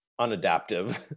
unadaptive